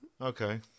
Okay